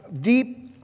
deep